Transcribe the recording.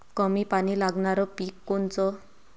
कमी पानी लागनारं पिक कोनचं?